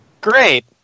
Great